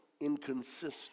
inconsistent